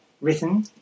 written